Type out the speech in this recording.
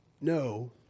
No